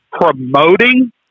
promoting